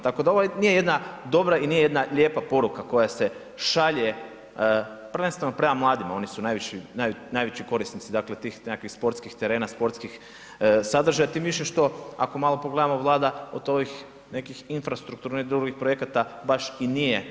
Tako da ovaj nije jedna dobra i nije jedna lijepa poruka koja se šalje prvenstveno prema mladima oni su najveći korisnici dakle tih nekakvih sportskih terena, sportskih sadržaja tim više što ako malo pogledamo Vlada od ovih nekih infrastrukturnih drugih projekata baš i nije odustala.